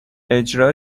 اجرا